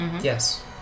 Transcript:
Yes